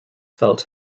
felt